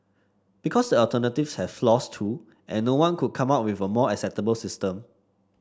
because the alternatives have flaws too and no one could come up with a more acceptable system